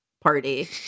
party